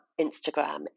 Instagram